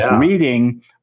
reading